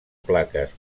plaques